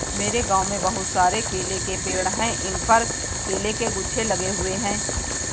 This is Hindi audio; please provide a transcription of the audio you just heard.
मेरे गांव में बहुत सारे केले के पेड़ हैं इन पर केले के गुच्छे लगे हुए हैं